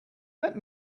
let